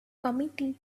committee